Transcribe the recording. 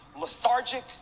lethargic